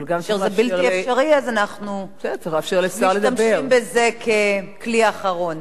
כשזה בלתי אפשרי אז אנחנו משתמשים בזה ככלי אחרון.